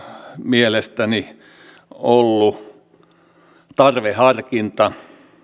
mielestäni olleet tarveharkinta